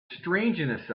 strangeness